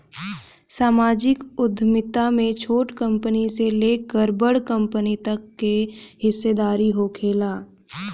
सामाजिक उद्यमिता में छोट कंपनी से लेकर बड़ कंपनी तक के हिस्सादारी होखेला